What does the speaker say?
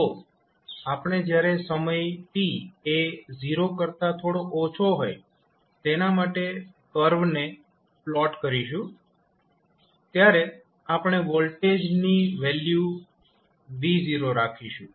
તો આપણે જ્યારે સમય t એ 0 કરતા થોડો ઓછો હોય તેના માટે કર્વ ને પ્લોટ કરીશું ત્યારે આપણે વોલ્ટેજની વેલ્યુ V0 રાખીશું